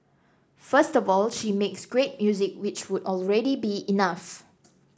first of all she makes great music which would already be enough